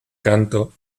canto